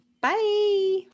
Bye